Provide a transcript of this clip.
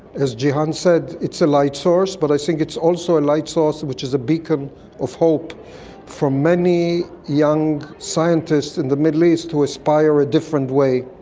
as gihan said, it's a light source, but i think it's also a light source which is a beacon of hope for many young scientists in the middle east who aspire to a different way,